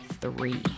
three